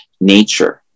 nature